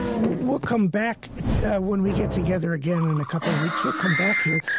we'll we'll come back when we get together again in a couple of weeks. we'll come back here,